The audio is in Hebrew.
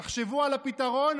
תחשבו על הפתרון.